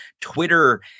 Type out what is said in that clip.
Twitter